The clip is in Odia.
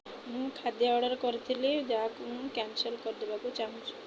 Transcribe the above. ମୁଁ ଖାଦ୍ୟ ଅର୍ଡ଼ର୍ କରିଥିଲି ଯାହାକୁ ମୁଁ କ୍ୟାନସଲ୍ କରିଦେବାକୁ ଚାହୁଁଛି